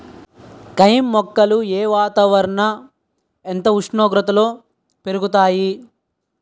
కెమ్ మొక్కలు ఏ వాతావరణం ఎంత ఉష్ణోగ్రతలో పెరుగుతాయి?